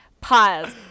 pause